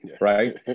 right